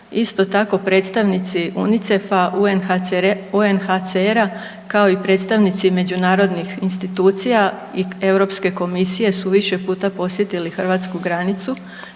Isto tako, predstavnici UNICEF-a, UNHCR-a, kao i predstavnici međunarodnih institucija i EU komisije su više puta posjetili hrvatsku granicu